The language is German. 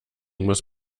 muss